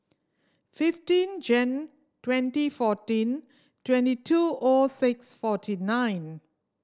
fifteen Jan twenty fourteen twenty two O six forty nine